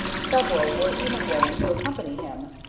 several were even willing to accompany him,